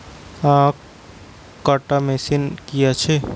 আখ কাটা মেশিন কি আছে?